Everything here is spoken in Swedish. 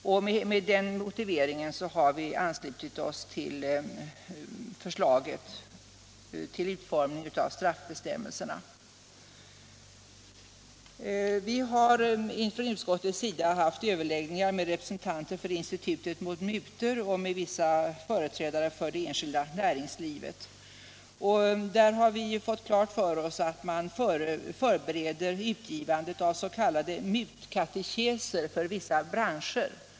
Och med den motiveringen har vi anslutit oss till förslaget om utformning av straffbestämmelserna. I utskottet har vi också haft överläggningar med representanter för institutet mot mutor samt vissa företrädare för det enskilda näringslivet. Då har vi fått klart för oss att man förbereder utgivningen av s.k. mutkatekeser för vissa branscher.